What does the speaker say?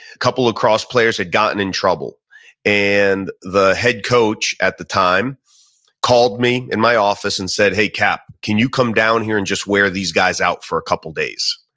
a couple of lacrosse players had gotten in trouble and the head coach at the time called me in my office and said, hey cap, can you come down here and just wear these guys out for a couple of days?